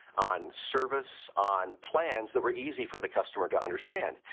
on service, on plans that were easy for the customer to understand.